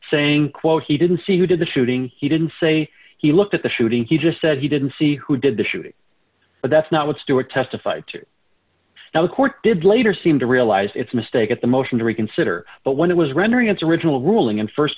saying quote he didn't see who did the shooting he didn't say he looked at the shooting he just said he didn't see who did the shooting but that's not what stewart testified to now the court did later seem to realize it's a mistake at the motion to reconsider but when it was rendering its original ruling and